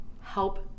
help